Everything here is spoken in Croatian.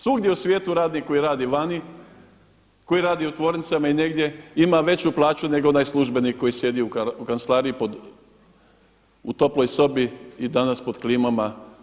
Svugdje u svijetu radnik koji radi vani, koji radi u tvornicama i negdje ima veću plaću nego onaj službenik koji sjedi u kancelariji u toploj sobi i danas pod klimama.